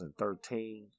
2013